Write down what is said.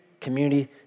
community